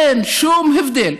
אין שום הבדל.